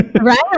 Right